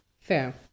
fair